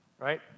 right